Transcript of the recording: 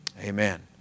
Amen